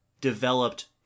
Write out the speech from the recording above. developed